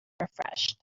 refreshed